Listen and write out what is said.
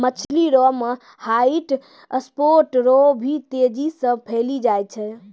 मछली रोग मे ह्वाइट स्फोट रोग भी तेजी से फैली जाय छै